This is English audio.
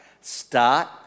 start